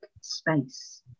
space